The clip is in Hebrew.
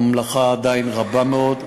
המלאכה עדיין רבה מאוד,